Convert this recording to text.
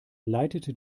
leitete